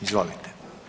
Izvolite.